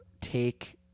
take